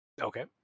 Okay